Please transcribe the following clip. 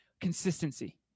Consistency